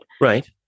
Right